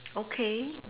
okay